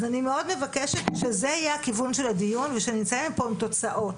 אז אני מאוד מבקשת שזה יהיה הכיוון של הדיון ושנצא מפה עם תוצאות.